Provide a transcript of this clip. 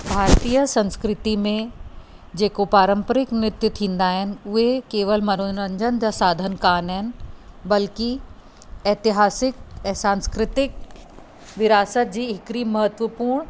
भारतीय संस्कृति में जेको पारंपरिक नृत्य थींदा आहिनि उहे केवल मनोरंजन जा साधन कोन आहिनि बल्कि एतिहासिक ऐं सांस्कृतिक विरासत जी हिकिड़ी महत्वपूर्ण